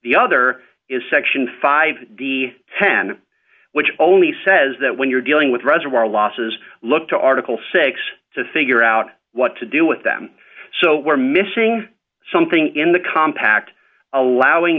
the other is section five of the ten which only says that when you're dealing with reservoir losses look to article six to figure out what to do with them so we're missing something in the compact allowing